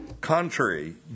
Contrary